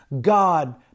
God